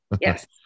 yes